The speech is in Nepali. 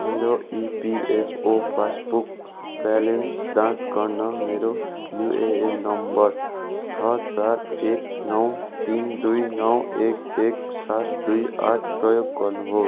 मेरो इपिएफओ पासबुक ब्यालेन्स जाँच गर्न मेरो युएएन नम्बर छ चार एक नौ तिन दुई नौ एक एक सात दुई आठ प्रयोग गर्नुहोस्